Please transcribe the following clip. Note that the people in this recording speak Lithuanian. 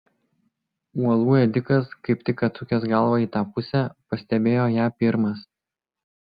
uolų ėdikas kaip tik atsukęs galvą į tą pusę pastebėjo ją pirmas